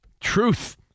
Truth